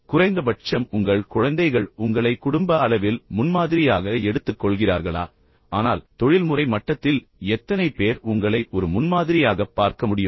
குறைந்தபட்சம் உங்கள் குழந்தைகள் உங்களை குடும்ப அளவில் முன்மாதிரியாக எடுத்துக் கொள்கிறார்களா ஆனால் தொழில்முறை மட்டத்தில் எத்தனை பேர் உங்களை ஒரு முன்மாதிரியாகப் பார்க்க முடியும்